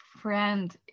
friend